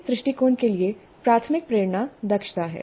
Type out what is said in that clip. इस दृष्टिकोण के लिए प्राथमिक प्रेरणा दक्षता है